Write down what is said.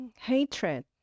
hatred